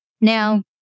Now